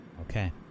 Okay